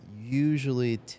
usually